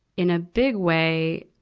in a big way,